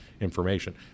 information